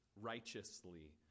righteously